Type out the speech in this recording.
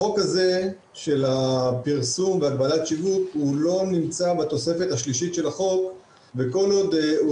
החוק של הפרסום והגבלת שיווק לא נמצא בתוספת השלישית לחוק וכל עוד הוא